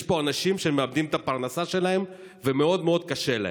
יש פה אנשים שמאבדים את הפרנסה שלהם ומאוד מאוד קשה להם,